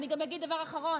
אני גם אגיד דבר אחרון,